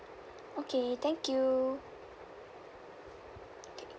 okay thank you okay